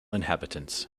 inhabitants